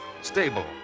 stable